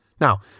Now